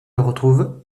retrouvent